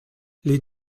les